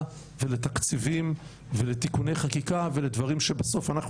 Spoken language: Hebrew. ולתקציבים ולתיקוני חקיקה ולדברים שבסוף אנחנו